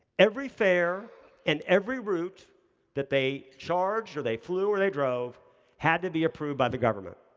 every fare and every route that they charged, or they flew, or they drove had to be approved by the government.